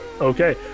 Okay